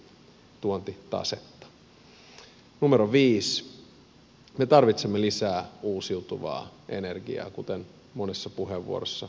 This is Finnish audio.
numero viisi me tarvitsemme lisää uusiutuvaa energiaa kuten monessa puheenvuorossa todettiin